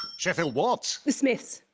sheffield, watts. the smiths.